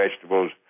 vegetables